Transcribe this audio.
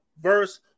verse